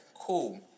Cool